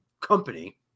company